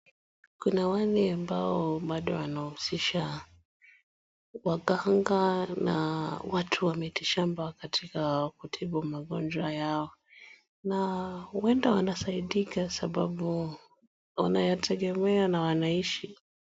Kuna wale ambao bado wanahusisha waganga na watu wa miti shamba wakati wa kutibu magonjwa yao na huenda wanasaidika kwa sababu wanayategemea na wanaishi.